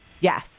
Yes